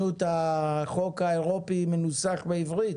החוק האירופי מנוסח בעברית?